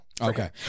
Okay